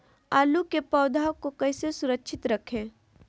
आलू के पौधा को कैसे सुरक्षित रखें?